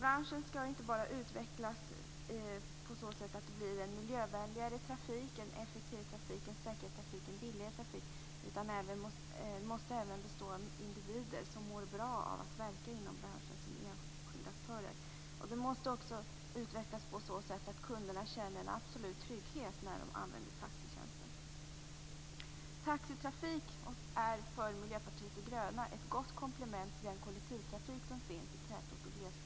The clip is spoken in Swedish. Branschen skall inte bara utvecklas så att det blir miljövänligare trafik, effektivare, säkrare och billigare trafik utan den måste även bestå av individer som mår bra av att verka inom branschen som enskilda aktörer. Den måste också utvecklas på så sätt att kunderna känner en absolut trygghet när de använder taxitjänster. Taxitrafik är enligt Miljöpartiet de gröna ett gott komplement till den kollektivtrafik som finns i tätort och glesbygd.